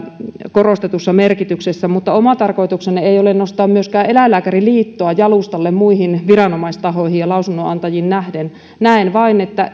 korostetussa merkityksessä mutta oma tarkoituksenne ei ole nostaa myöskään eläinlääkäriliittoa jalustalle muihin viranomaistahoihin ja lausunnonantajiin nähden näen vain